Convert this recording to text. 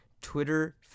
Twitter